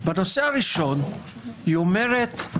בראשון היא אומרת: